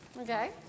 Okay